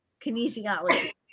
Kinesiology